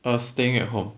uh staying at home